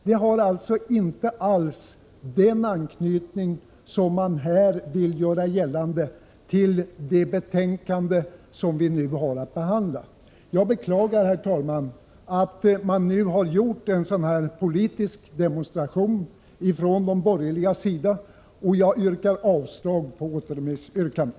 Det har alltså inte alls den anknytning som de borgerliga vill göra gällande till det betänkande som riksdagen nu har att behandla. Jag beklagar, herr talman, att de borgerliga nu har gjort en sådan här politisk demonstration, och jag yrkar avslag på återremissyrkandet.